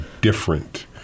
different